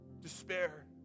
despair